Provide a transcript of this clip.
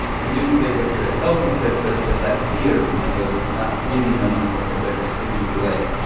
we knew they were here to help, he said. but there's that fear, you know, of not really knowing if they're going to take you away.